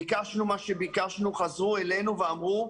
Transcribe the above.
ביקשנו מה שביקשנו, חזרו אלינו ואמרו: